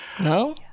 No